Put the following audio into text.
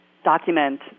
document